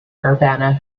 urbana